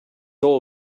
all